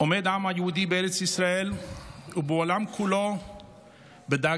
עומד העם היהודי בארץ ישראל ובעולם כולו בדאגה,